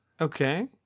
okay